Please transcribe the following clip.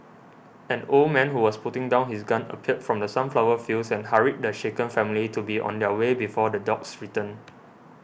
an old man who was putting down his gun appeared from the sunflower fields and hurried the shaken family to be on their way before the dogs return